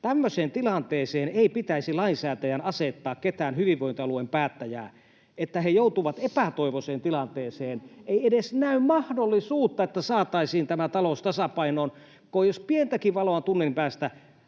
Tämmöiseen tilanteeseen ei pitäisi lainsäätäjän asettaa ketään hyvinvointialueen päättäjää, että he joutuvat näin epätoivoiseen tilanteeseen, [Aino-Kaisa Pekonen: Juuri näin!] että ei edes näy mahdollisuutta, että saataisiin tämä talous tasapainoon, kun jos pientäkin valoa on tunnelin päässä,